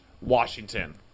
Washington